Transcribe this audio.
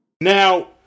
Now